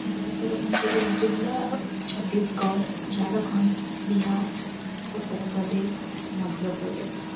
ଭାରତର ପାଞ୍ଚଟି ରାଜ୍ୟ ହେଲା ଛତିଶଗଡ଼ ଝାଡ଼ଖଣ୍ଡ ବିହାର ଉତ୍ତରପ୍ରଦେଶ ମଧ୍ୟପ୍ରଦେଶ